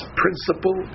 principle